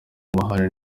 amahane